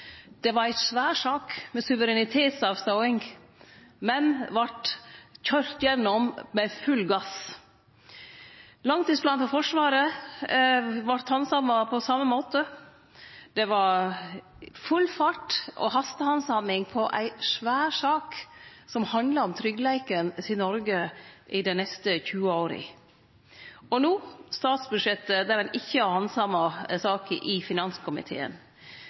Det var ei svær sak, med suverenitetsavståing, men vart køyrd gjennom med full gass. Langtidsplanen for Forsvaret vart handsama på same måten. Det var full fart og hastehandsaming av ei svær sak som handla om tryggleiken til Noreg i dei neste tjue åra. Og no statsbudsjettet – der ein ikkje har handsama saka i finanskomiteen.